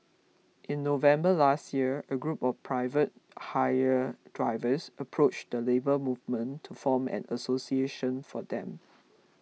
in November last year a group of private hire drivers approached the Labour Movement to form an association for them